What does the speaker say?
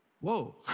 whoa